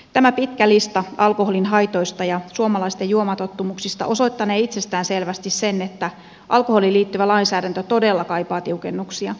tämä pitkä lista alkoholin haitoista ja suomalaisten juomatottumuksista osoittanee itsestäänselvästi sen että alkoholiin liittyvä lainsäädäntö todella kaipaa tiukennuksia